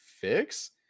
fix